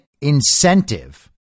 incentive